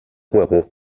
juego